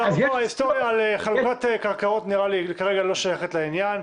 אבל כל ההיסטוריה על חלוקת קרקעות נראה לי כרגע לא שייכת לעניין.